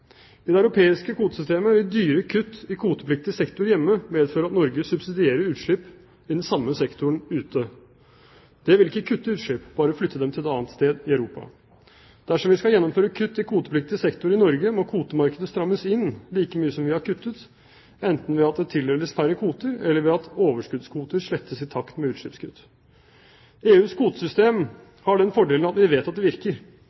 I det europeiske kvotesystemet vil dyre kutt i kvotepliktig sektor hjemme medføre at Norge subsidierer utslipp i den samme sektoren ute. Det vil ikke kutte utslipp, bare flytte dem til et annet sted i Europa. Dersom vi skal gjennomføre kutt i kvotepliktig sektor i Norge, må kvotemarkedet strammes inn like mye som vi har kuttet, enten ved at det tildeles færre kvoter eller ved at overskuddskvoter slettes i takt med utslippskutt. EUs kvotesystem har den fordelen at vi vet at det virker.